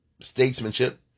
statesmanship